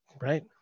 right